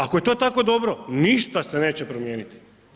Ako je to tako dobro, ništa se neće promijeniti.